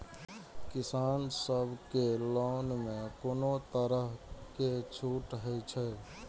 किसान सब के लोन में कोनो तरह के छूट हे छे?